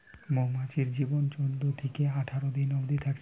মৌমাছির জীবন চোদ্দ থিকে আঠাশ দিন অবদি থাকছে